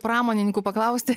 pramonininkų paklausti